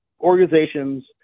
organizations